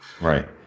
Right